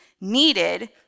needed